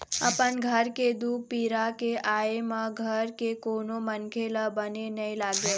अपन घर के दुख पीरा के आय म घर के कोनो मनखे ल बने नइ लागे